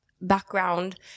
background